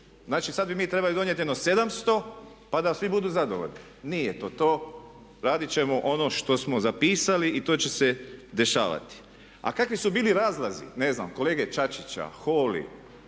Znači, sad bi mi trebali donijeti jedno 700 pa da svi budu zadovoljni. Nije to to, radit ćemo ono što smo zapisali i to će se dešavati. A kakvi su bili razlazi ne znam kolege Čačića, Holy,